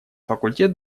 факультет